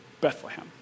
Bethlehem